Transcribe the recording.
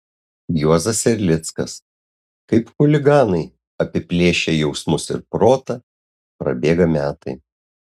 juozas erlickas kaip chuliganai apiplėšę jausmus ir protą prabėga metai